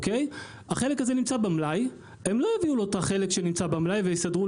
הם לא יביאו לו את החלק שנמצא במלאי ויסדרו